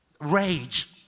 Rage